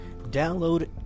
Download